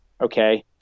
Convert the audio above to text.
okay